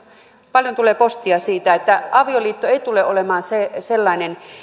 paljon tulee postia siitä että avioliitto ei tule olemaan sellainen